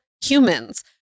humans